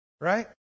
right